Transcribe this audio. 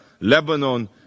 Lebanon